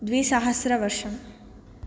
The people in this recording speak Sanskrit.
द्विसहस्रवर्षं